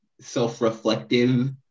self-reflective